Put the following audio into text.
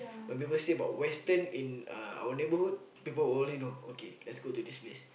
my neighbour say about Western in our neighbourhood you know so let's go to this place